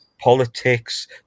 Politics